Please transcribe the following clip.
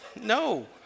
no